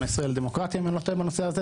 הישראל לדמוקרטיה אם אני לא טועה בנושא הזה,